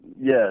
yes